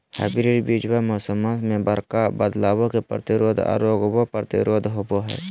hybrid बीजावा मौसम्मा मे बडका बदलाबो के प्रतिरोधी आ रोगबो प्रतिरोधी होबो हई